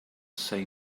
say